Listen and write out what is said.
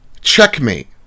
Checkmate